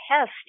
test